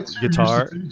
guitar